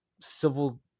civil